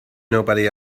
nobody